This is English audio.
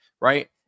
right